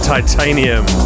Titanium